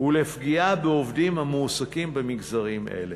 ולפגיעה בעובדים המועסקים במגזרים אלה.